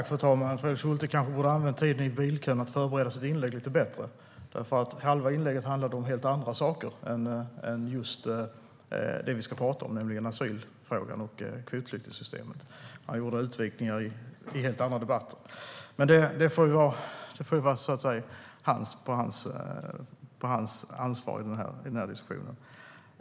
Fru talman! Fredrik Schulte borde kanske ha använt tiden i bilkön till att förbereda sitt inlägg lite bättre. Halva inlägget handlade om helt andra saker än just asylfrågan och kvotflyktingssystemet. Han gjorde utvikningar som hör hemma i helt andra debatter. Men det får stå för honom.